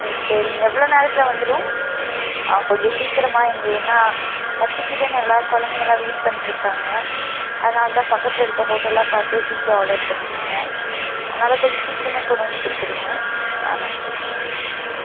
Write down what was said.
ம் சரிங்க எவ்வளோ நேரத்தில் வந்துடும் ஆ கொஞ்சம் சீக்கிரமாகவே இங்கே ஏன்னால் பசிக்குதுன்னு எல்லா குழந்தைங்கலாம் வெயிட் பண்ணிட்டுஇருக்காங்க அதனாலதான் பக்கத்தில் இருக்கிற ஹோட்டலாக பார்த்து சீக்கிரம் ஆடர் பண்ணியிருக்கேன் அதனால கொஞ்சம் சீக்கிரமே கொண்டு வந்து கொடுத்துருங்க ஆ நன்றி